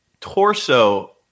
torso